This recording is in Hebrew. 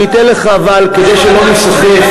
אני אתן לך, אבל כדי שלא ניסחף, יש ועדה מקצועית.